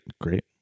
Great